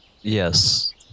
Yes